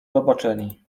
zobaczeni